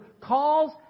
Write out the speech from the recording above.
calls